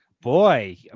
Boy